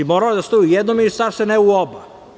Moralo je da stoji u jedno ministarstvo, ne u oba.